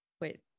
Wait